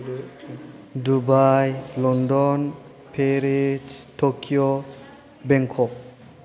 Dubai London Paris Tokyo Bangkok